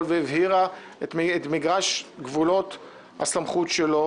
והבהירה את מגרש גבולות הסמכות שלו,